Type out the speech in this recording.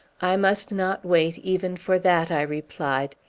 i must not wait, even for that, i replied.